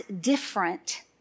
different